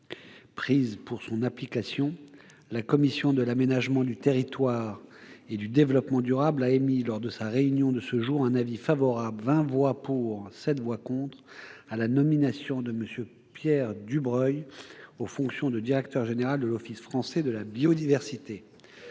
prises pour son application, la commission de l'aménagement du territoire et du développement durable a émis, lors de sa réunion de ce jour, un avis favorable- vingt voix pour, sept voix contre -à la nomination de M. Pierre Dubreuil aux fonctions de directeur général de l'Office français de la biodiversité.